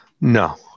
No